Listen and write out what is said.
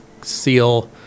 seal